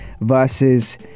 versus